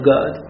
God